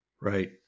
Right